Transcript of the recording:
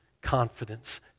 confidence